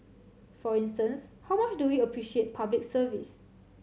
for instance how much do we appreciate Public Service